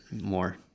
more